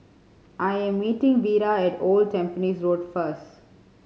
I am meeting Vira at Old Tampines Road first